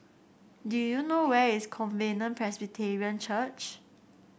do you know where is Covenant Presbyterian Church